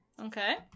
okay